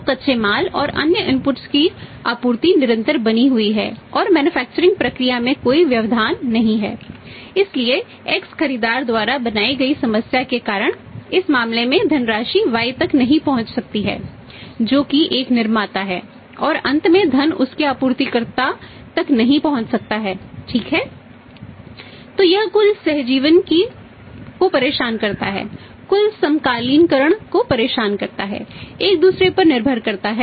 तो कच्चे माल और अन्य इनपुटस पर निर्भर करता है